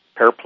paraplegic